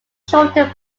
shortened